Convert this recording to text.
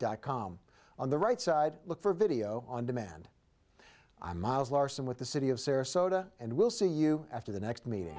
dot com on the right side look for video on demand i'm miles larson with the city of sarasota and we'll see you after the next